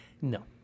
No